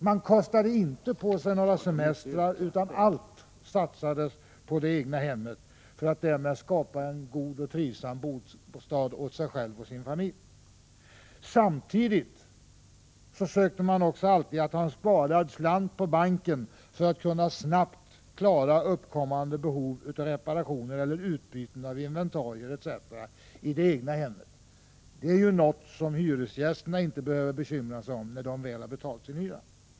Man kostade inte på sig några semestrar utan allt satsades på det egna hemmet för att därmed skapa en god och trivsam bostad åt sig själv och sin familj. Samtidigt sökte man också alltid ha en sparad slant på banken för att snabbt kunna klara uppkommande behov av reparationer, utbyten av inventarier m.m. i det egna hemmet. Detta är ju något som hyresgästerna inte behöver bekymra sig om, när de väl har betalat sin hyra.